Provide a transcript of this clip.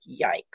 yikes